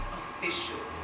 official